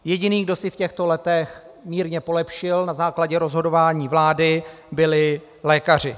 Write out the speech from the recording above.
Jediný, kdo si v těchto letech mírně polepšil na základě rozhodování vlády, byli lékaři.